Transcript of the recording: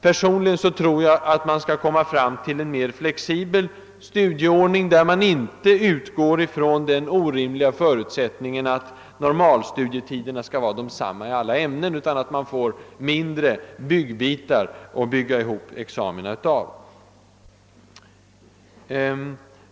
Personligen tror jag, att man bör komma fram till en mer flexibel studieordning, där man inte utgår från den orimliga förutsättningen att normalstudietiderna skall vara desamma i alla ämnen. I stället skulle man kombinera ihop examina av mindre byggbitar, olika »stora» för olika ämnen.